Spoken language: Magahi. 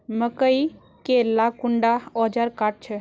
मकई के ला कुंडा ओजार काट छै?